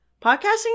Podcasting